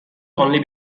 only